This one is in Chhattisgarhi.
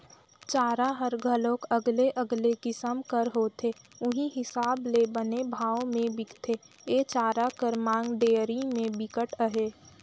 चारा हर घलोक अलगे अलगे किसम कर होथे उहीं हिसाब ले बने भाव में बिकथे, ए चारा कर मांग डेयरी में बिकट अहे